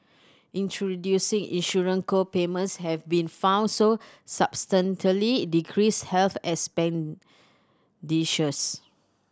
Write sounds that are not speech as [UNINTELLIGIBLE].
introducing insurance co payments have been found so [UNINTELLIGIBLE] decrease health expenditures